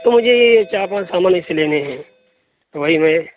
تو مجھے یہ چار پانچ سامان اس سے لینے ہیں وہی میں